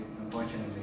unfortunately